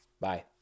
Bye